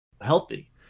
healthy